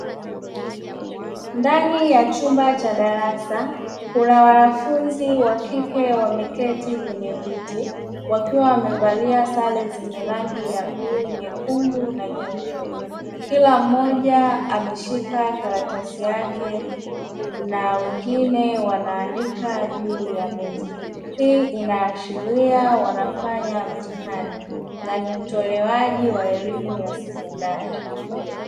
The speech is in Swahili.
Ndani ya chumba cha darasa, kuna wanafunzi wakike wakiwa wameketi kwenye viti wakiwa wamevalia sare zenye rangi ya buu, nyekundu na nyeupe kila mmoja ameshika karatasi yake na wengina wanaandika juu ya meza. Hii inaashiria wanafanya mtihani na ni utolewaji wa elimu ya sekondari.